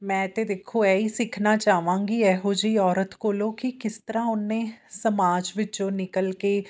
ਮੈਂ ਤਾਂ ਦੇਖੋ ਇਹ ਹੀ ਸਿੱਖਣਾ ਚਾਹਾਂਗੀ ਇਹੋ ਜਿਹੀ ਔਰਤ ਕੋਲੋਂ ਕਿ ਕਿਸ ਤਰ੍ਹਾਂ ਉਹਨੇ ਸਮਾਜ ਵਿੱਚੋਂ ਨਿਕਲ ਕੇ